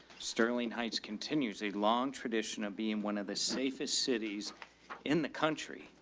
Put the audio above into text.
sterling heights continues a long tradition of being one of the safest cities in the country.